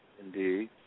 Indeed